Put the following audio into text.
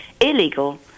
illegal